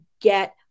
get